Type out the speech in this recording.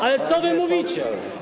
Ale co wy mówicie?